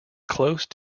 close